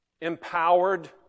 empowered